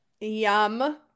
Yum